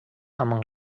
amb